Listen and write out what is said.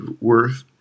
worth